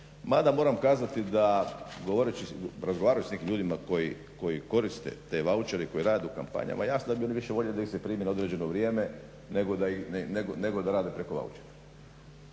mada moram kazati da razgovarajući s nekim ljudima koji koriste te vaučere i koji rade u kampanjama, jasno je bilo više volje da ih se primi na određeno vrijeme nego da rade preko vaučera.